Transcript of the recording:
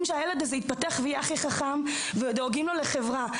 הכול כדי שהילד הזה יתפתח ויהיה הכי חכם והם דואגים לו לחברה.